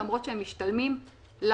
למרות שהם משתלמים למעון.